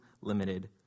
limited